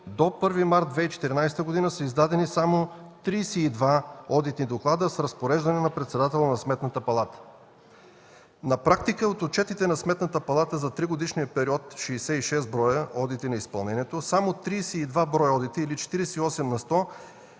до 1 март 2014 г. са издадени само 32 одитни доклада с разпореждане на председателя на Сметната палата. На практика от отчетите на Сметната палата за тригодишния период – 66 броя одити на изпълнението, само 32 броя одити или 48 на